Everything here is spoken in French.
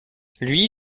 lui